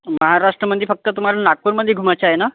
महाराष्ट्रामध्ये फक्त तुम्हाला नागपूरमध्ये घुमायचं आहे ना